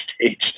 stage